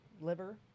liver